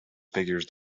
figures